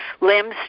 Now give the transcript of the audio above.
limbs